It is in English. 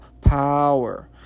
power